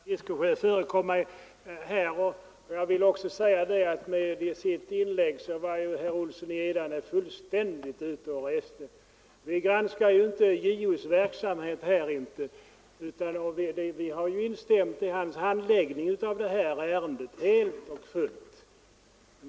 Herr talman! Herr Fiskesjö förekom mig, men jag vill påstå att herr Olsson i Edane nu verkligen är ute och reser i sitt inlägg. Här granskar vi inte JO:s verksamhet. Vi har ju helt och fullt instämt med JO när det gäller handläggningen av det här ärendet.